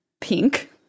pink